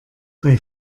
bei